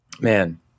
Man